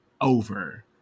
over